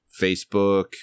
Facebook